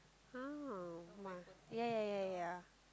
oh !wah! yeah yeah yeah yeah